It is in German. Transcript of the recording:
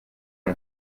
wir